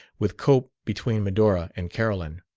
with cope between medora and carolyn.